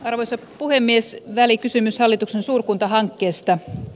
arvoisa puhemies välikysymys hallituksen suurkuntahankkeesta